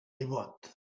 ribot